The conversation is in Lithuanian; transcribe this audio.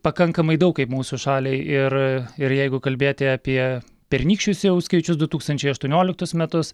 pakankamai daug kaip mūsų šaliai ir ir jeigu kalbėti apie pernykščius jau skaičius du tūkstančiai aštuonioliktus metus